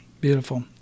Beautiful